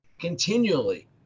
continually